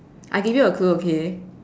I give you a clue okay